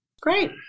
Great